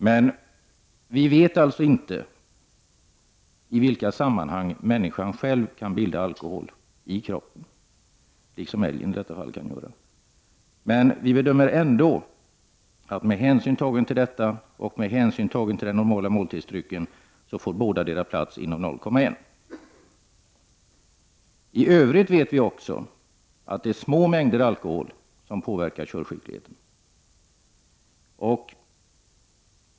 Men vi vet alltså inte i vilka sammanhang människan själv kan bilda alkohol i kroppen, t.ex. på det sätt som älgen i detta fall kunde göra. Men med hänsyn tagen till detta och med hänsyn tagen till den normala måltidsdrycken har vi bedömt att dessa ryms inom en promillegräns på 0,1. I övrigt vet vi att små mängder alkohol påverkar körskickligheten.